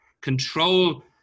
control